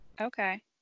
Okay